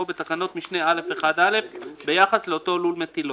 בתקנת משנה (א)(1)(א) ביחס לאותו לול מטילות.